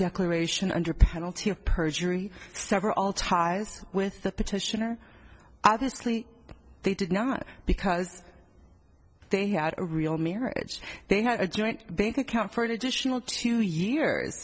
declaration under penalty of perjury sever all ties with the petitioner obviously they did not because they had a real marriage they had a joint bank account for an additional two years